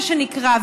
מה שנקרא,